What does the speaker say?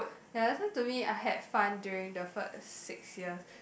ya that's why to me I had fun during the first six years